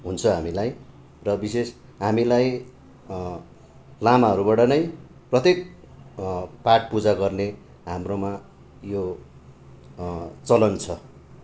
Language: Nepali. हुन्छ हामीलाई र विशेष हामीलाई लामाहरूबाट नै प्रत्येक पाठ पूजा गर्ने हाम्रोमा यो चलन छ